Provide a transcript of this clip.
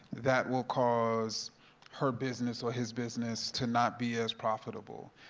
that will cause her business or his business to not be as profitable.